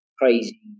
crazy